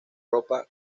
ropa